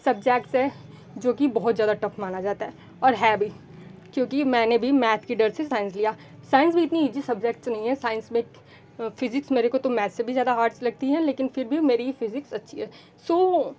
subjects है जो कि बहुत ज़्यादा टफ माना जाता है और है भी क्योंकि मैंने भी मैथ के डर से साइंस लिया साइंस भी इतनी ईजी सब्जेक्ट नहीं है साइंस में फिज़िक्स मेरे को तो मैथ्स से भी ज़्यादा हार्ट्स लगती है लेकिन फिर भी मेरी फिज़िक्स अच्छी है सो